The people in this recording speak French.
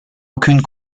aucune